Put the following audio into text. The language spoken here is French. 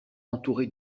entouré